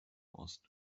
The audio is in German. ost